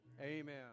Amen